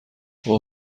اوه